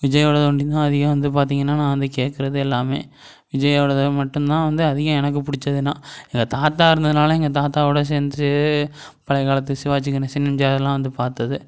விஜயோடது ஒண்டியுந்தான் அதிகம் வந்து பார்த்தீங்கன்னா நான் வந்து கேட்கறது எல்லாமே விஜயோடது மட்டுந்தான் வந்து அதிகம் எனக்கு பிடிச்சதுன்னா எங்கள் தாத்தா இருந்ததனால எங்கள் தாத்தாவோட சேர்ந்து பழைய காலத்து சிவாஜி கணேஷன் எம்ஜிஆர் அதெலாம் வந்து பார்த்தது